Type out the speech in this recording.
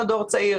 אין לו דור צעיר.